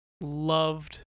loved